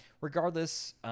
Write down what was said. Regardless